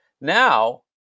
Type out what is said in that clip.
now